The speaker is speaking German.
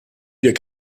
dir